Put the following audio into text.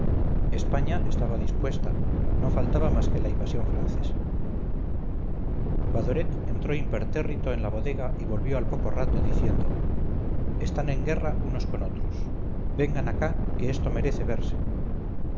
españa estaba dispuesta no faltaba más que la invasión francesa badoret entró impertérrito en la bodega y volvió al poco rato diciendo están en guerra unos con otros vengan acá que esto merece verse